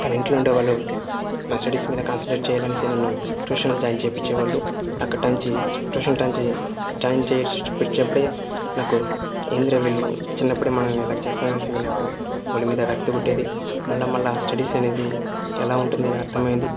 కాని ఇంట్లో ఉండేవాళ్ళు నా స్టడీస్ మీద కాన్సంట్రేట్ చెయ్యల్లనేసి నన్ను ట్యూషన్ జాయిన్ చేపిచ్చేవాళ్ళు అక్కటాంచి ట్యూషన్ టాంచి జాయిన్ చేర్పిచ్చినప్పుడే నాకు ఏందిరా వీళ్ళు చిన్నప్పుడే మనల్ని ఇలాగ చేస్తారా అనేసి నాకు వాళ్ళమీద విరక్తి పుట్టేది మళ్ళీ మళ్ళీ స్టడీస్ అనేది ఎలా ఉంటుంది అర్థమయ్యింది